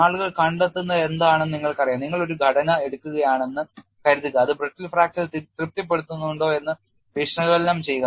ആളുകൾ കണ്ടെത്തിയതെന്താണെന്ന് നിങ്ങൾക്കറിയാം നിങ്ങൾ ഒരു ഘടന എടുക്കുകയാണെന്ന് കരുതുക അത് brittle ഫ്രാക്ചർ തൃപ്തിപ്പെടുത്തുന്നുണ്ടോ എന്ന് വിശകലനം ചെയ്യുക